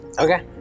Okay